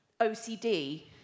OCD